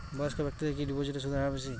বয়স্ক ব্যেক্তিদের কি ডিপোজিটে সুদের হার বেশি?